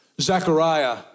Zechariah